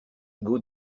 hugo